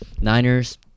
Niners